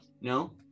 no